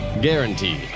guaranteed